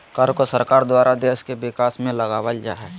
कर को सरकार द्वारा देश के विकास में लगावल जा हय